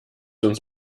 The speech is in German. uns